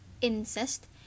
incest